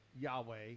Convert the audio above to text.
Yahweh